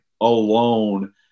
alone